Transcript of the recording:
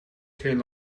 geen